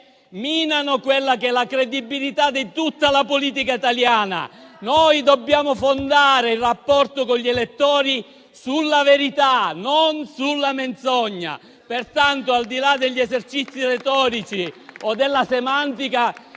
minano quella che è la credibilità di tutta la politica italiana. Noi dobbiamo fondare il rapporto con gli elettori sulla verità, non sulla menzogna. Pertanto, al di là degli esercizi retorici o della semantica,